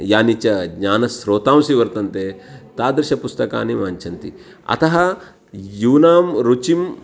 यानि च ज्ञानस्रोतांसि वर्तन्ते तादृशपुस्तकानि वाञ्छन्ति अतः यूनां रुचिं